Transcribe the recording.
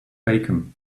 bacon